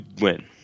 win